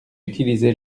utiliser